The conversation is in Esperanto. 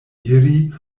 iri